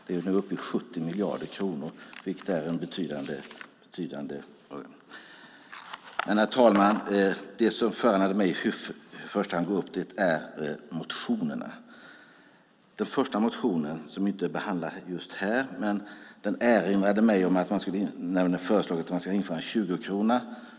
Det är nu uppe i 70 miljarder kronor, alltså en betydande summa. Herr talman! Det som i första hand föranledde mig att gå upp i talarstolen gäller motionerna. I den första motionen, som vi inte behandlat här, föreslås att det ska införas en tjugokrona.